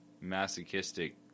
masochistic